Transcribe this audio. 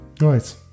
Right